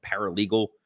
paralegal